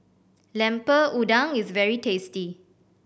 Lemper Udang is very tasty